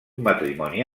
matrimoni